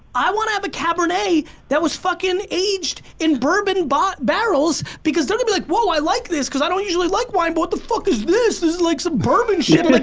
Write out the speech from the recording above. i wanna have a cabernet that was fucking aged in bourbon but barrels because they're gonna be like whoa i like this because i don't usually like wine, but what the fuck is this? this is like some bourbon shit, but